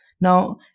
Now